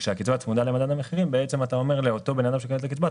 וכשהקצבה צמודה למדד המחירים בעצם אתה אומר לאותו בן אדם שמקבל את הקצבה: